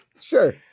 Sure